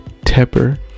Tepper